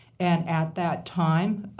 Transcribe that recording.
and, at that time,